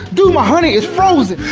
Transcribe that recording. dude my honey is frozen!